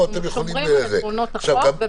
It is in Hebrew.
אנחנו שומרים על גבולות החוק.